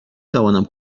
توانم